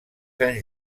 sant